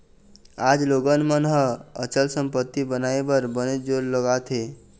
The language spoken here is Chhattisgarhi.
आज लोगन मन ह अचल संपत्ति बनाए बर बनेच जोर लगात हें